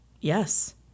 yes